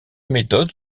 méthode